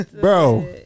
bro